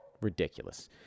Ridiculous